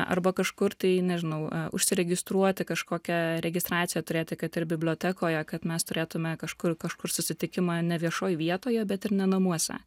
arba kažkur tai nežinau užsiregistruoti kažkokią registraciją turėti kad ir bibliotekoje kad mes turėtume kažkur kažkur susitikimą ne viešoj vietoje bet ir ne namuose